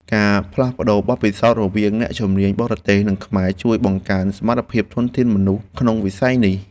ការផ្លាស់ប្តូរបទពិសោធន៍រវាងអ្នកជំនាញបរទេសនិងខ្មែរ ជួយបង្កើនសមត្ថភាពធនធានមនុស្សក្នុងវិស័យនេះ។